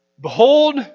Behold